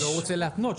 הוא לא רוצה להפנות,